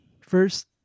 first